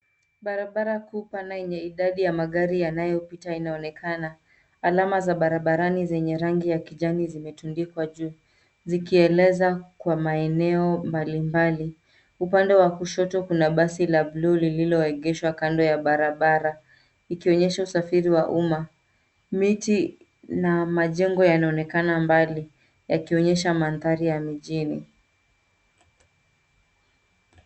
Barabara kuu pana yenye idadi ya magari yanayopita inaonekana. Alama za barabarani zenye rangi ya kijani zimetundikwa juu, zikieleza kwa maeneo mbalimbali. Upande wa kushoto kuna basi la bluu lililoegeshwa kando ya barabara, ikionyesha usafiri wa umma. Miti na majengo yanaonekana mbali, yakionyesha mandhari ya mijini.